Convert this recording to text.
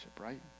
right